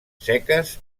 seques